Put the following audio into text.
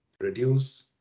reduce